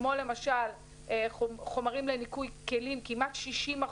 כמו למשל חומרים לניקוי כלים, כמעט 60%,